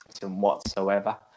whatsoever